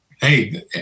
Hey